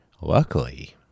Luckily